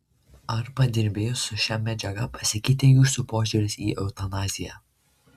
ar padirbėjus su šia medžiaga pasikeitė jūsų požiūris į eutanaziją